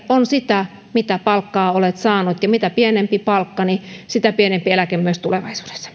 on sitä mitä palkkaa on saanut ja mitä pienempi palkka sitä pienempi eläke myös tulevaisuudessa